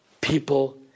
people